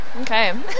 Okay